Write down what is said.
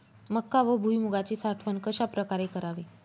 मका व भुईमूगाची साठवण कशाप्रकारे करावी?